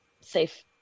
safe